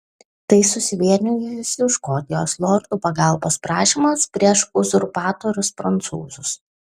tai susivienijusių škotijos lordų pagalbos prašymas prieš uzurpatorius prancūzus